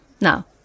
Now